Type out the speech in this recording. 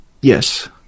Yes